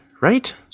right